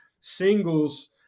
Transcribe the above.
singles